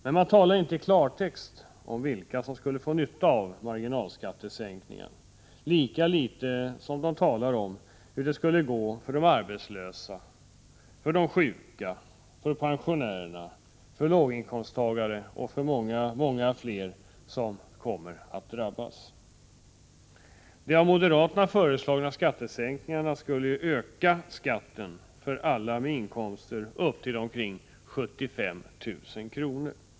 Men man talar inte i klartext om vilka som skulle få nytta av marginalskattesänkningar — lika litet som man talar om hur det skulle gå för de arbetslösa, sjuka, pensionärerna, låginkomsttagarna och många fler som kommer att drabbas. De av moderaterna föreslagna skattesänkningarna skulle öka skatten för alla med inkomster upp till omkring 75 000 kr.